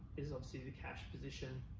is obviously the cash position.